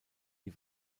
die